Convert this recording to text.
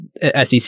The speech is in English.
SEC